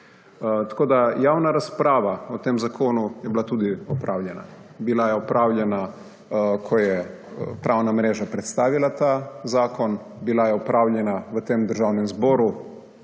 Javna razprava o tem zakonu je bila tudi opravljena. Bila je opravljena, ko je Pravna mreža predstavila ta zakon, bila je opravljena v Državnem zboru